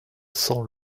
cents